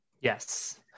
Yes